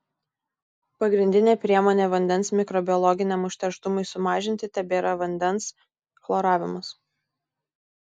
pagrindinė priemonė vandens mikrobiologiniam užterštumui sumažinti tebėra vandens chloravimas